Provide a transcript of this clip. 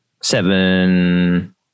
Seven